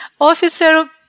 Officer